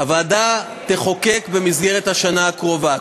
הוועדה תחוקק במסגרת השנה הקרובה,